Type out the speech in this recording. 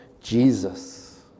Jesus